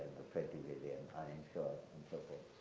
or twenty million uninsured and so forth.